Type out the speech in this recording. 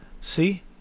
See